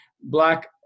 black